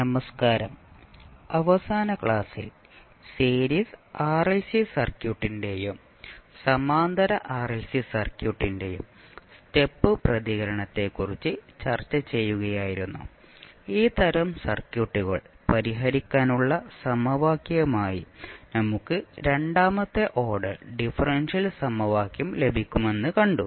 നമസ്കാരം അവസാന ക്ലാസ്സിൽ സീരീസ് ആർഎൽസി സർക്യൂട്ടിന്റെയും സമാന്തര ആർഎൽസി സർക്യൂട്ടിന്റെയും സ്റ്റെപ്പ് പ്രതികരണത്തെക്കുറിച്ച് ചർച്ച ചെയ്യുകയായിരുന്നു ഈ തരം സർക്യൂട്ടുകൾ പരിഹരിക്കാനുള്ള സമവാക്യമായി നമുക്ക് രണ്ടാമത്തെ ഓർഡർ ഡിഫറൻഷ്യൽ സമവാക്യം ലഭിക്കുമെന്ന് കണ്ടു